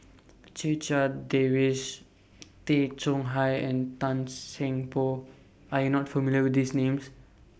Checha Davies Tay Chong Hai and Tan Seng Poh Are YOU not familiar with These Names